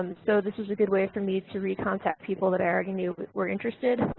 um so this is a good way for me to re-contact people that i already knew were interested,